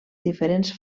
diferents